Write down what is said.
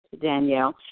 Danielle